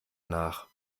nach